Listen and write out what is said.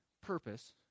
purpose